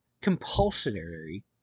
compulsory